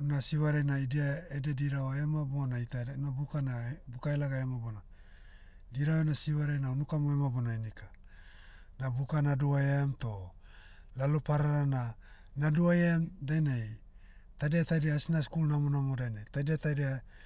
una sivarai na idia, edia dirava ema bona ita eda, na buka na, buka helaga ema bona, diravena sivarai na unukamo ema bona inika. Na buka na duhaiam toh, lalo pararana, na duhaiam dainai, taidia taidia asna skul namonamo dainai, taidia taidia,